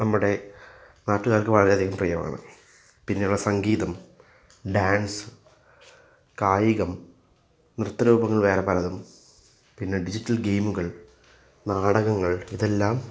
നമ്മുടെ നാട്ടുകാർക്ക് വളരെ പ്രിയമാണ് പിന്നെയുള്ളത് സംഗീതം ഡാൻസ് കായികം നൃത്തരൂപങ്ങൾ വേറെ പലതും പിന്നെ ഡിജിറ്റൽ ഗെയിമുകൾ നാടകങ്ങൾ ഇതെല്ലാം